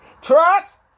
Trust